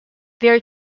their